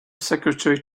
secretary